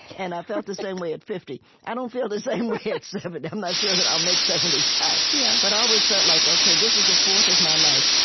and i felt the same way at fifty. i don't feel the same way at seventy. i'm not sure that i'll make seventy five, yeah but i always felt like, ok, this is a fourth of my life.